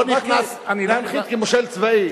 הוא רק ידע להנחית, כמושל צבאי.